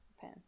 Pen